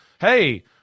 hey